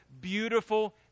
beautiful